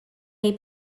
may